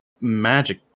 magic